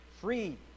free